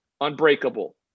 unbreakable